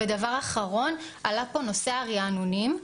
דבר אחרון, עלה פה נושא הרענונים.